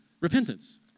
repentance